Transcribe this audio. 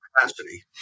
capacity